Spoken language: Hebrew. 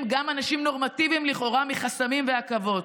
גם אנשים נורמטיביים לכאורה מחסמים ועכבות.